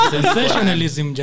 Sensationalism